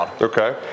Okay